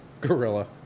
gorilla